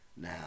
now